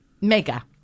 mega